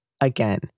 Again